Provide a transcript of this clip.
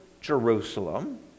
Jerusalem